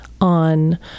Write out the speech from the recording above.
on